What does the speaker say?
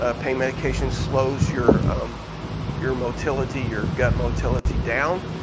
ah pain medication slows your your motility, your gut motility down.